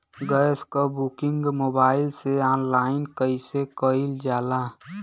Gas क booking mobile से online कईसे कईल जाला?